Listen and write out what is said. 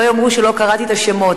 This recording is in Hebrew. שלא יאמרו שלא קראתי את השמות,